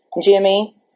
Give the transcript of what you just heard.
Jimmy